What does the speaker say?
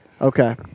Okay